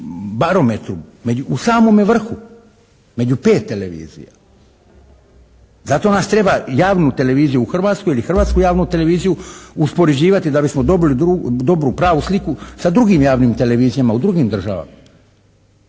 barometru u samome vrhu, među pet televizija. Zato nas treba javnu televiziju u Hrvatskoj ili hrvatsku javnu televiziju uspoređivati da bismo dobili dobru, pravu sliku sa drugim javnim televizijama u drugim državama.